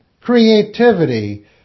creativity